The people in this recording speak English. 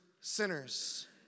sinners